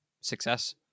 success